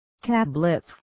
tablets